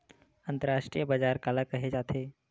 अंतरराष्ट्रीय बजार काला कहे जाथे?